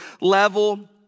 level